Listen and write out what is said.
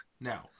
Now